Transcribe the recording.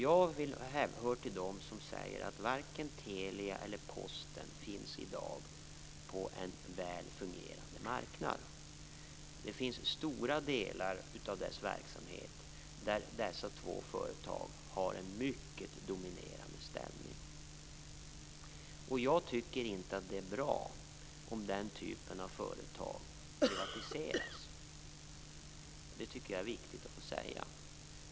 Jag hör till dem som säger att varken Telia eller Posten i dag finns på en väl fungerande marknad. Det finns stora delar av deras verksamhet där dessa två företag har en mycket dominerande ställning. Jag tycker inte att det är bra om den typen av företag privatiseras. Det tycker jag är viktigt att få säga.